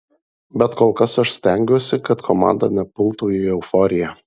bet kol kas aš stengiuosi kad komanda nepultų į euforiją